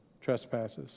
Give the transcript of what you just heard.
trespasses